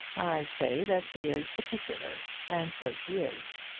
i say that she is particular and so she is.